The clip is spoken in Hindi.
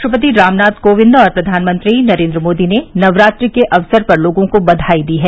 राष्ट्रपति रामनाथ कोविंद और प्रधानमंत्री नरेन्द्र मोदी ने नवरात्र के अवसर पर लोगों को बधाई दी है